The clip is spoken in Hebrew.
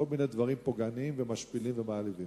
כל מיני דברים פוגעניים ומשפילים ומעליבים.